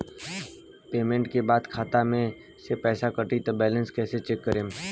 Payment के बाद खाता मे से पैसा कटी त बैलेंस कैसे चेक करेम?